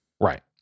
right